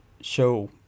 show